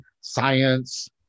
science